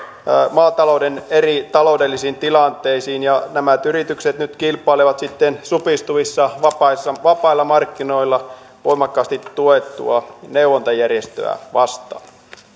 maatalouden eri taloudellisiin tilanteisiin ja nämä yritykset nyt kilpailevat sitten supistuvilla vapailla vapailla markkinoilla voimakkaasti tuettua neuvontajärjestöä vastaan